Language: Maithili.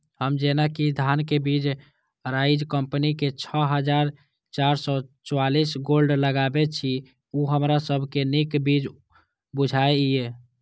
हम जेना कि धान के बीज अराइज कम्पनी के छः हजार चार सौ चव्वालीस गोल्ड लगाबे छीय उ हमरा सब के नीक बीज बुझाय इय?